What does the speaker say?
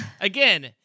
Again